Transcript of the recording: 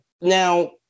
Now